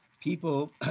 people